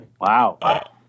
Wow